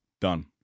Done